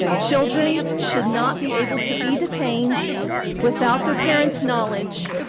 children should not be able to be detained without their parents' knowledge,